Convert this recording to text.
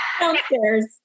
Downstairs